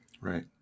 Right